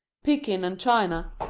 pekin and china,